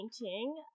painting